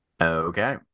Okay